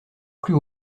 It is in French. plus